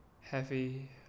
heavy